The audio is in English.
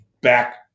back